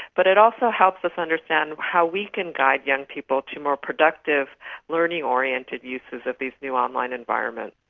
but it also helps us understand how we can guide young people to more productive learning oriented uses of these new online environments.